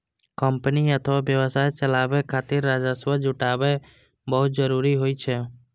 company अथवा व्यवसाय चलाबै खातिर राजस्व जुटायब बहुत जरूरी होइ छै